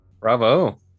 Bravo